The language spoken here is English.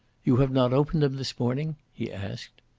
you have not opened them this morning? he asked.